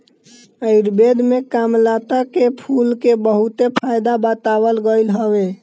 आयुर्वेद में कामलता के फूल के बहुते फायदा बतावल गईल हवे